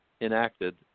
enacted